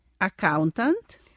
Accountant